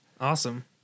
Awesome